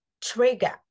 trigger